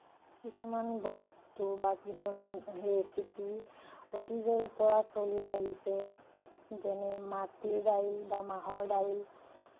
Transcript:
কিছুমান বস্তু বা কিছুমান ৰেচিপি অতীজৰে পৰা চলি আহিছে যেনে মাটিৰ দাইল বা মাহৰ দাইল